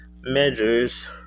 measures